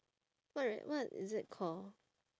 what what is it call